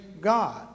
God